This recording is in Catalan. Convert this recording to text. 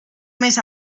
més